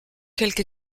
quelque